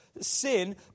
Sin